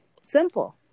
simple